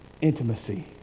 intimacy